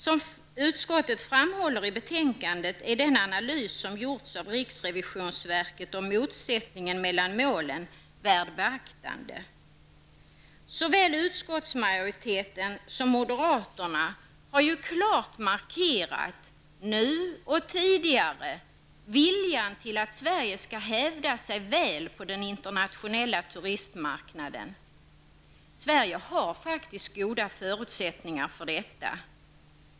Som utskottet framhåller i betänkandet är den analys som gjorts av riksrevisionsverket om motsättningen mellan målen värd beaktande. Såväl utskottsmajoriteten som moderaterna har ju klart markerat, nu och tidigare, viljan till att Sverige skall hävda sig väl på den internationella turistmarknaden. Sverige har faktiskt goda förutsättningar för detta.